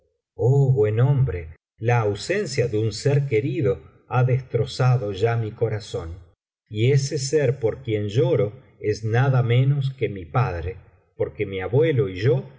oh buen hombre la ausencia de un ser querido ha destrozado ya mi corazón y ese ser por quien lloro es nada menos que mi padre porque mi abuelo y yo